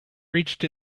reached